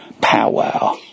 powwow